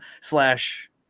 slash